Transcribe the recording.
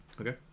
Okay